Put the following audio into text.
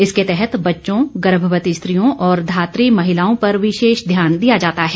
इसके तहत बच्चों गर्भवती स्त्रियों और धात्री महिलाओं पर विशेष ध्यान दिया जाता है